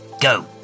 Go